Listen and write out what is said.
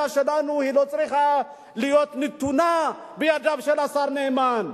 שלנו לא צריכה להיות נתונה בידיו של השר נאמן.